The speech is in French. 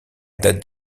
date